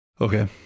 Okay